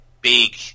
big